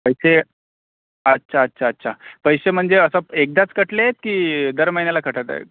पैसे अच्छा अच्छा अच्छा पैसे म्हणजे असं एकदाच कटलेत की दर महिन्याला कटत आहे